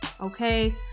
okay